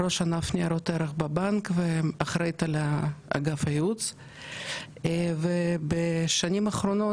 ראש ענף ניירות ערך בבנק ואחראית על אגף הייעוץ ובשנים האחרונות